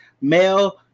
male